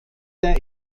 der